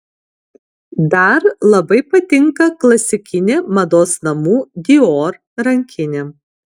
dar labai patinka klasikinė mados namų dior rankinė